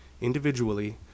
individually